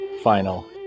final